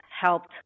helped